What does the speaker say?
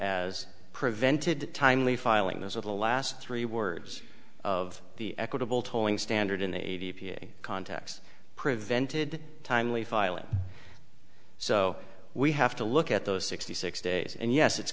as prevented timely filing as of the last three words of the equitable tolling standard in a p a contacts prevented timely filing so we have to look at those sixty six days and yes it's